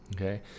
okay